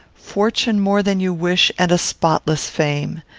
fortune more than you wish, and a spotless fame.